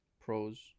pros